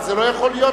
אבל זה לא יכול להיות,